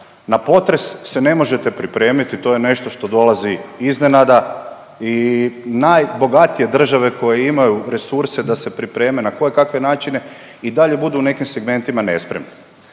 na potres se ne možete pripremiti, to je nešto što dolazi iznenada i najbogatije države koje imaju resurse da se pripreme na kojekakve načine i dalje budu u nekim segmentima nespremni.